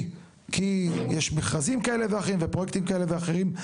כי יש מכרזים כאלה ואחרים ופרויקטים כאלה ואחרים,